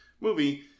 movie